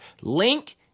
Link